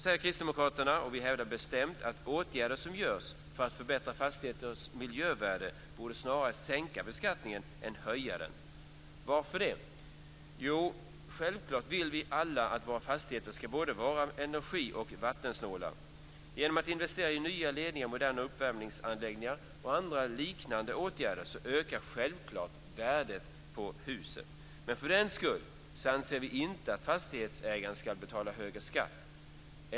Men Kristdemokraterna hävdar bestämt att åtgärder som vidtas för att förbättra fastigheters miljövärde borde snarare leda till en sänkt beskattning än till en höjd. Varför det? Jo, självklart vill vi alla att våra fastigheter ska vara både energioch vattensnåla. Genom att investera i nya ledningar, moderna uppvärmningsanläggningar och andra liknande åtgärder ökar självfallet värdet på huset. Men för den skull anser vi inte att fastighetsägaren ska betala högre skatt.